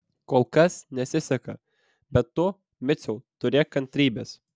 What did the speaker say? kol kas nesiseka bet tu miciau turėk kantrybės